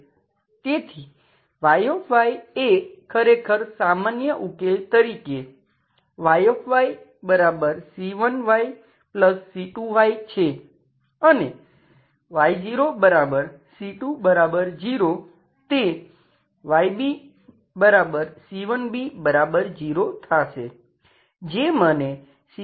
તેથી Y એ ખરેખર સામાન્ય ઉકેલ તરીકે Yyc1yc2 છે અને Y0c20 તે Ybc1b0 થાશે જે મને c10 આપે છે